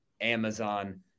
Amazon